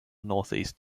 northeast